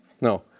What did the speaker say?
No